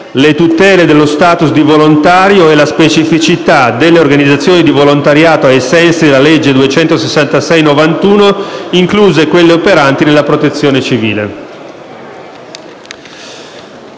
«le tutele dello status di volontario e la specificità delle organizzazioni di volontariato ai sensi della legge 266/91, incluse quelle operanti nella protezione civile;».